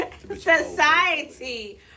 society